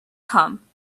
come